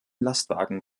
lastwagen